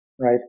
right